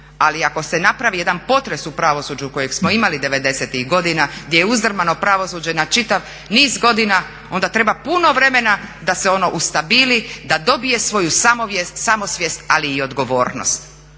Ali ako se napravi jedan potres u pravosuđu kojeg smo imali '90-ih godina gdje je uzdrmano pravosuđe na čitav niz godina onda treba puno vremena da se ono ustabili, da dobije svoju samosvijest ali i odgovornost.